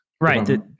right